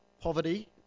poverty